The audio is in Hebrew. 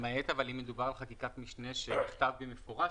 למעט אם מדובר על חקיקת משנה שנכתב במפורש